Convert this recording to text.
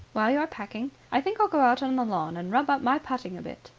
while you're packing, i think i'll go out on the lawn and rub up my putting a bit.